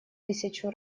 тысячу